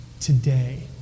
today